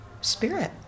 spirit